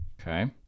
Okay